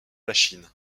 lachine